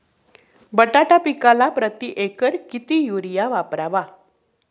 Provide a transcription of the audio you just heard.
बटाटा पिकाला प्रती एकर किती युरिया वापरावा?